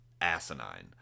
asinine